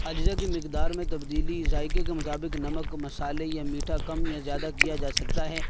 اجزا کے مقدار میں تبدیلی ذائقے کے مطابق نمک مسالے یا میٹھا کم یا زیادہ کیا جا سکتا ہے